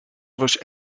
was